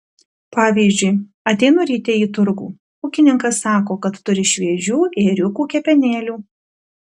pavyzdžiui ateinu ryte į turgų ūkininkas sako kad turi šviežių ėriukų kepenėlių